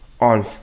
on